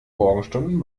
morgenstunden